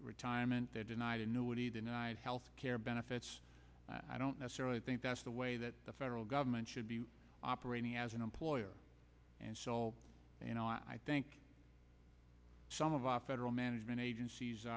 retirement that and i don't know what he denied health care benefits i don't necessarily think that's the way that the federal government should be operating as an employer and so you know i think some of our federal management agencies